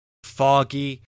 Foggy